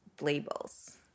labels